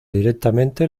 directamente